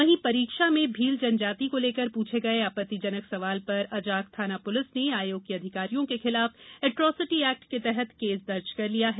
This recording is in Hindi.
वहीं परीक्षा में भील जनजाति को लेकर पूछे गए आपत्तिजनक सवाल पर अजाक थाना पुलिस ने आयोग के अधिकारियों के खिलाफ एट्रोसिटी एक्ट के तहत केस दर्ज कर लिया है